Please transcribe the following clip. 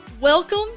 welcome